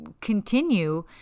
continue